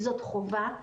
זאת חובה.